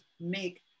make